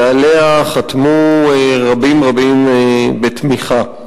ועליה חתמו רבים רבים בתמיכה.